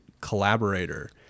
collaborator